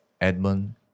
Edmund